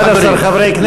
11 חברי כנסת.